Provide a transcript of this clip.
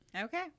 Okay